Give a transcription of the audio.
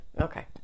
Okay